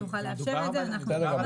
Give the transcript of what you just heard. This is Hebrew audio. אם תוכל לאשר את זה, אנחנו נשמח.